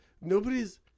Nobody's